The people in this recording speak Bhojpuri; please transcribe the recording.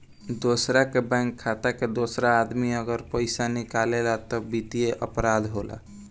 दोसरा के बैंक खाता से दोसर आदमी अगर पइसा निकालेला त वित्तीय अपराध होला